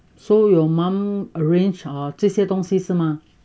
so your mum arrange 找这些东西是吗